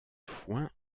foin